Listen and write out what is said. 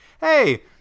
hey